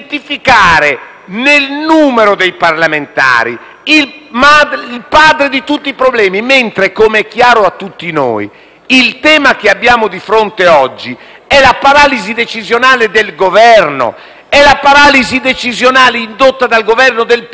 nel numero dei parlamentari il padre di tutti i problemi, mentre com'è chiaro a tutti noi il tema che abbiamo di fronte oggi è la paralisi decisionale del Governo, è la paralisi decisionale del Parlamento indotta